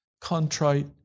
contrite